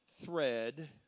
thread